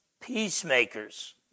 peacemakers